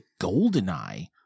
Goldeneye